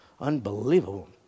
Unbelievable